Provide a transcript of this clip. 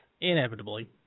Inevitably